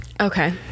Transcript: Okay